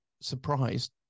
surprised